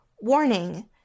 Warning